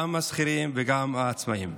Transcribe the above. גם השכירים וגם העצמאים.